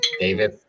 David